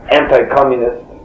anti-communist